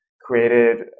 created